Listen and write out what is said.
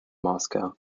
moscow